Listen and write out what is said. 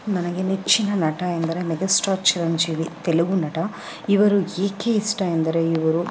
ನನಗೆ ನೆಚ್ಚಿನ ನಟ ಎಂದರೆ ಮೆಗಾಸ್ಟಾರ್ ಚಿರಂಜೀವಿ ತೆಲುಗು ನಟ ಇವರು ಏಕೆ ಇಷ್ಟ ಎಂದರೆ ಇವರು